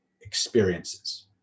experiences